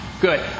Good